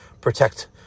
Protect